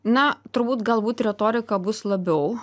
na turbūt galbūt retorika bus labiau